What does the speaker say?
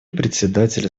представителя